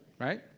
right